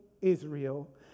Israel